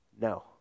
No